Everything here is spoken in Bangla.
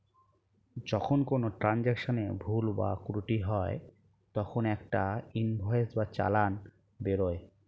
যখন কোনো ট্রান্জাকশনে ভুল বা ত্রুটি হয় তখন একটা ইনভয়েস বা চালান বেরোয়